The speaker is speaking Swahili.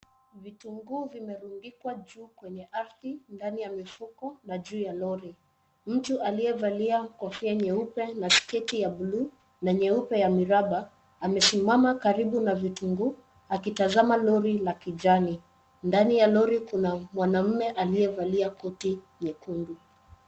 Vitunguu vimerundikwa juu kwenye ardhi ndani ya mifuko na juu ya lori. Mtu aliyevalia kofia nyeupe na sketi ya buluu na nyeupe ya miraba amesimama karibu na vitunguu akitazama lori la kijani. Ndani ya lori kuna mwanaume aliyevalia koti nyekundu.